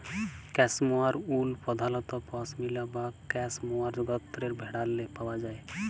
cashmere wool পধালত পশমিলা বা ক্যাসমোয়ার গত্রের ভেড়াল্লে পাউয়া যায়